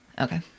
Okay